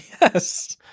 Yes